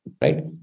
right